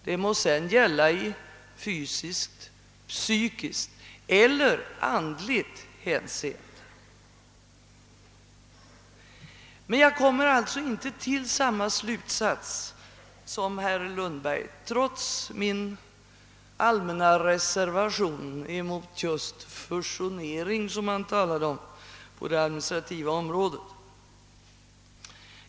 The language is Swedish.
Det må sedan gälla i fysiskt-psykiskt eller andligt hänseende. Jag kommer alltså inte till samma slutsats som herr Lundberg trots min allmänna reservation emot just fusionering, som han talade om, på det administrativa området.